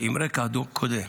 עם רקע קודם,